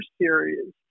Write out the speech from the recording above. series